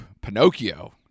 Pinocchio